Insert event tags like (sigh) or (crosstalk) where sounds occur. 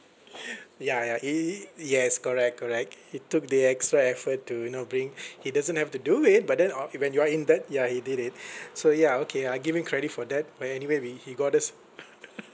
(laughs) ya ya he he yes correct correct he took the extra effort to you know bring he doesn't have to do it but then oo when you are in that ya he did it so ya okay I give him credit for that but anyway we he got us (laughs)